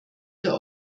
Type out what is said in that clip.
der